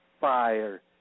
fire